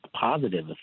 positive